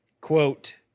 Quote